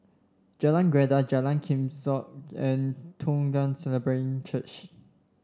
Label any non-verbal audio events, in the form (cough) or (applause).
Jalan Greja Jalan (unintelligible) and Toong (unintelligible) Church